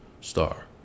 star